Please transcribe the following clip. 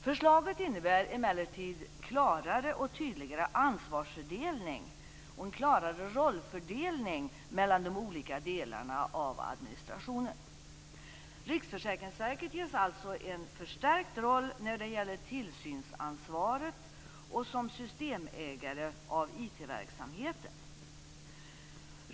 Förslaget innebär emellertid klarare och tydligare ansvarsfördelning och en klarare rollfördelning mellan de olika delarna av administrationen. Riksförsäkringsverket ges alltså en förstärkt roll när det gäller tillsynsansvaret och som systemägare av IT-verksamheten.